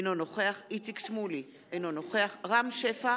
אינו נוכח איציק שמולי, אינו נוכח רם שפע,